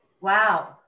Wow